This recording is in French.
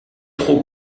trop